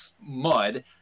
mud